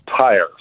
tires